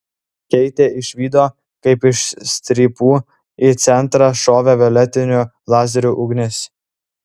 keitė išvydo kaip iš strypų į centrą šovė violetinių lazerių ugnis